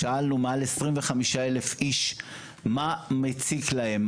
שאלנו מעל 25,000 איש מה מציק להם,